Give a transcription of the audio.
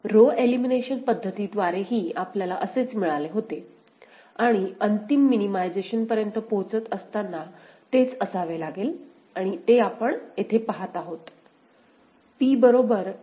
row elimination पध्दतीद्वारेही आपल्याला असेच मिळाले होते आणि अंतिम मिनिमायझेशनपर्यंत पोहोचत असताना तेच असावे लागेल आणि ते आपण येथे पाहत आहोत